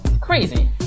crazy